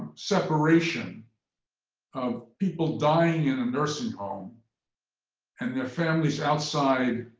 separation of people dying in a nursing home and their families outside,